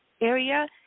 area